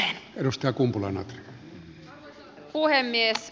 arvoisa puhemies